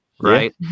right